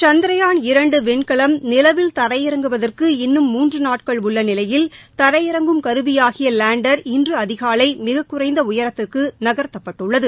சந்திரயான் இரண்டு விண்கலம் நிலவில் தரையிறங்குவதற்கு இன்னும் மூன்று நாட்கள் உள்ள நிலையில் தரையிறங்கும் கருவியாகிய லேண்டர் இன்று அதிகாலை மிகக் குறைந்த உயரத்திற்கு நகர்த்தப்பட்டுள்ளது